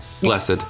Blessed